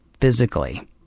physically